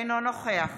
אינו נוכח